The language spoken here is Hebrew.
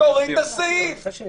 הכוונה בית אוכל זה המסעדה במלון.